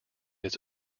its